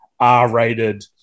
R-rated